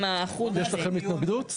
יש לכם התנגדות?